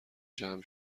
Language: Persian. جمع